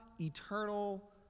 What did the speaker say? eternal